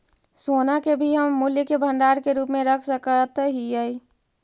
सोना के भी हम मूल्य के भंडार के रूप में रख सकत हियई